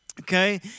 okay